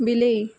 ବିଲେଇ